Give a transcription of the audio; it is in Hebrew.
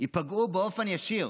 תיפגע באופן ישיר.